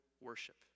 worship